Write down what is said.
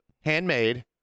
handmade